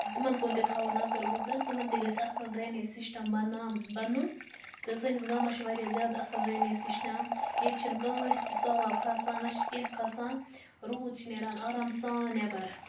تِمَن کُن تہِ تھاوَو نَظر گُزر تِمَن تہِ گژھِ اَصٕل ڈرٛینیج سِسٹم بنان بَنُن تہٕ سٲنِس گامَس چھُ واریاہ زیادٕ اَصٕل ڈرٛینیج سِسٹم ییٚتہِ چھُنہٕ کٲنٛسہِ تہِ سہلاب کھسان نہَ چھُ کیٚنٛہہ کھسان روٗد چھُ نیران آرام سان نیٚبر